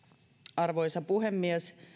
arvoisa puhemies